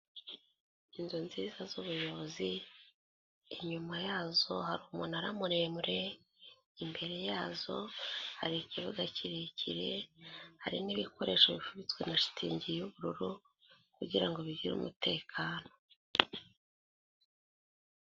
Inzu nziza z'ubuyobozi, inyuma yazo hari umunara muremure, imbere yazo hari ikibuga kirekire, hari n'ibikoresho bifubitswe na shitingi y'ubururu kugira ngo bigire umutekano.